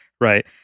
right